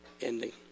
ending